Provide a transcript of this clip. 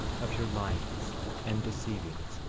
of your lyings and deceivings,